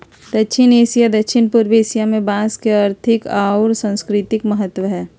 दक्षिण एशिया, दक्षिण पूर्व एशिया में बांस के आर्थिक आऊ सांस्कृतिक महत्व हइ